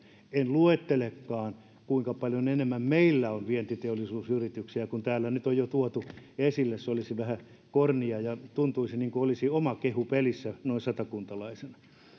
en luettelekaan kuinka paljon enemmän meillä on vientiteollisuusyrityksiä kuin täällä nyt on jo tuotu esille se olisi vähän kornia ja tuntuisi niin kuin olisi oma kehu pelissä noin satakuntalaisena